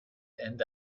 end